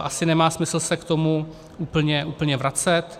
Asi nemá smysl se k tomu úplně vracet.